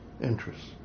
interests